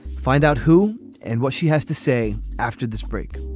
find out who and what she has to say after this break